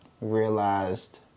realized